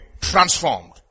transformed